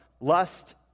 Lust